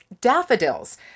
daffodils